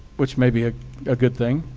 which may be ah a good thing,